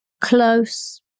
close